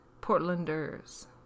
Portlanders